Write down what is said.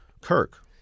Kirk